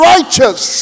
Righteous